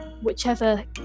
whichever